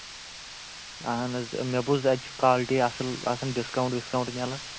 اَہن حظ مےٚ بوٗز اَتہِ چھُ کالٹی اَصٕل آسان ڈِسکاوُنٛٹ وِسکاوُنٛٹ مِلان